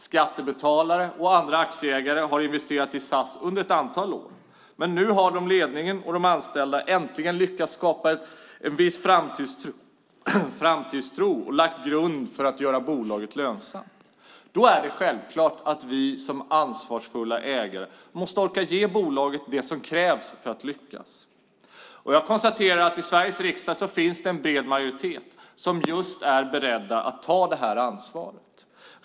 Skattebetalare och andra aktieägare har investerat i SAS under ett antal år, men nu har ledningen och de anställda äntligen lyckats skapa en viss framtidstro och lagt grund för att göra bolaget lönsamt. Då är det självklart att vi som ansvarsfulla ägare måste orka ge bolaget det som krävs för att lyckas. Jag konstaterar att det i Sveriges riksdag finns en bred majoritet som just är beredd att ta det här ansvaret.